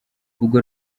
ubwo